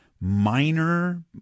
minor